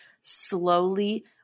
slowly